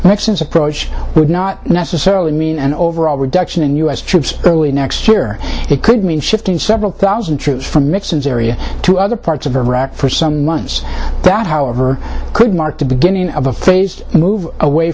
since approach would not necessarily mean an overall reduction in u s troops early next year it could mean shifting several thousand troops from nixons area to other parts of iraq for some months that however could mark the beginning of a phased move away